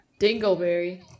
Dingleberry